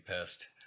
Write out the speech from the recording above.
pissed